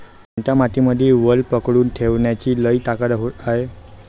कोनत्या मातीमंदी वल पकडून ठेवण्याची लई ताकद हाये?